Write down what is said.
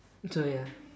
so ya